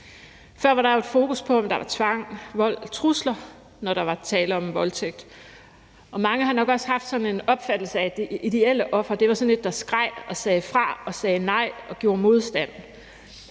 Før var der jo et fokus på, om der var tvang, vold og trusler, når der var tale om en voldtægt. Og mange har nok også haft sådan en opfattelse af, at det ideelle offer var sådan et, der skreg og sagde fra, sagde nej og gjorde modstand.